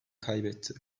kaybetti